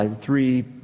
three